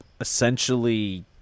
essentially